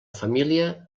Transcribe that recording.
família